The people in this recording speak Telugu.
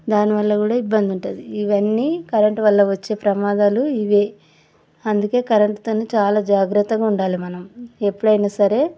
దాని వల్ల కూడా ఇబ్బంది ఉంటుంది ఇవన్నీ కరెంట్ వల్ల వచ్చే ప్రమాదాలు ఇవి అందుకే కరెంట్తో చాలా జాగ్రత్తగా ఉండాలి మనం ఎప్పుడయినా సరే